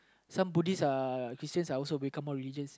some BuddhistsuhChristians are also become more religious